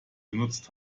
genutzt